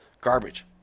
garbage